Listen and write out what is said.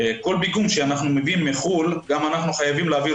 כל פיגום שאנחנו מביאים מחו"ל אנחנו חייבים להעביר